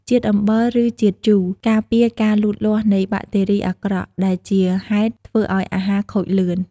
ជាតិអំបិល ឬ ជាតិជូរ ការពារការលូតលាស់នៃបាក់តេរីអាក្រក់ដែលជាហេតុធ្វើឲ្យអាហារខូចលឿន។